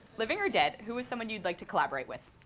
living or dead, who is someone you'd like to collaborate with?